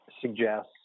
suggests